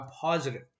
positive